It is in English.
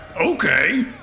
Okay